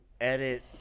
edit